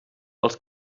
els